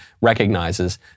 recognizes